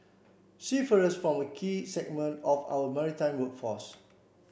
seafarers form a key segment of our maritime workforce